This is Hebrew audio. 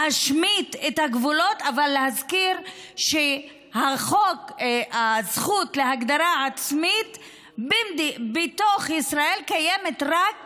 להשמיד את הגבולות אבל להזכיר שהזכות להגדרה עצמית בתוך ישראל קיימת רק